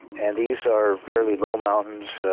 and these are fairly low mountains,